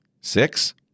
Six